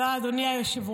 תודה, אדוני היושב-ראש.